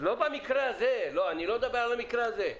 אני לא מדבר על המקרה הזה.